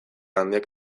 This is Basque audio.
handiak